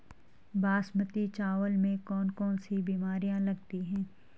बासमती चावल में कौन कौन सी बीमारियां लगती हैं?